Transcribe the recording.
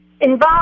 involved